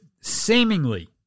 seemingly